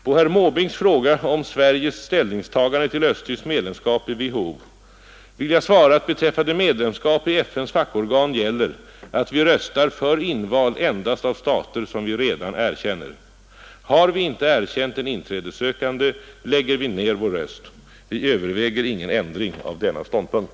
På herr Måbrinks fråga om Sveriges ställningstagande till östtyskt medlemskap i WHO vill jag svara att beträffande medlemskap i FN:s fackorgan gäller att vi röstar för inval endast av stater som vi redan erkänner. Har vi inte erkänt den inträdessökande, lägger vi ner vår röst. Vi överväger ingen ändring av denna ståndpunkt.